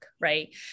right